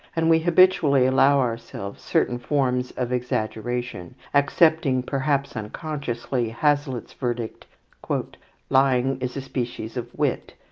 and we habitually allow ourselves certain forms of exaggeration, accepting, perhaps unconsciously, hazlitt's verdict lying is a species of wit,